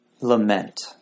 lament